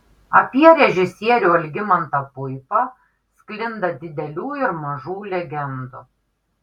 apie režisierių algimantą puipą sklinda didelių ir mažų legendų